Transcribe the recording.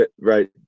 Right